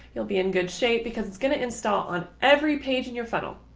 you'll be in good shape because it's going to install on every page in your funnel.